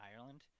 Ireland